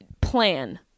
plan